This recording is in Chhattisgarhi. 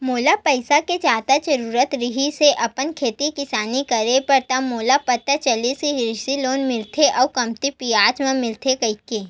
मोला पइसा के जादा जरुरत रिहिस हे अपन खेती किसानी करे बर त मोला पता चलिस कि कृषि लोन मिलथे अउ कमती बियाज म मिलथे कहिके